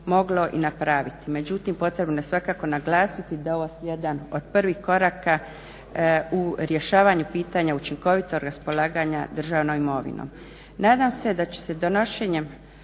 moglo i napraviti. Međutim, potrebno je svakako naglasiti da je ovo jedan od prvih koraka u rješavanju pitanja učinkovitog raspolaganja državnom imovinom.